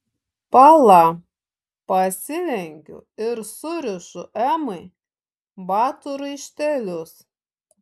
pala pasilenkiu ir surišu emai batų raištelius